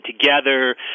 together